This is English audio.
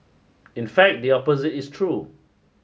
in fact the opposite is true